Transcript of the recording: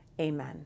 Amen